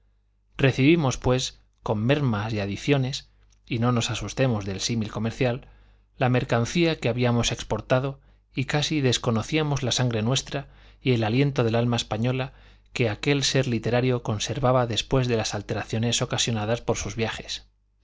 no encajan fácilmente en la forma picaresca recibimos pues con mermas y adiciones y no nos asustemos del símil comercial la mercancía que habíamos exportado y casi desconocíamos la sangre nuestra y el aliento del alma española que aquel ser literario conservaba después de las alteraciones ocasionadas por sus viajes